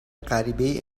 غریبهای